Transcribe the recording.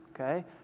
okay